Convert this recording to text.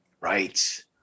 Right